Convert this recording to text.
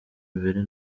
imbere